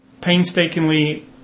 painstakingly